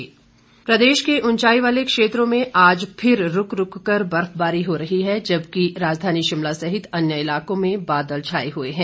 मौसम प्रदेश के उंचाई वाले क्षेत्रों में आज फिर रूक रूक कर बर्फबारी हो रही है जबकि राजधानी शिमला सहित अन्य इलाकों में बादल छाए हुए हैं